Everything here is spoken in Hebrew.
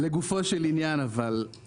לגופו של עניין אבל,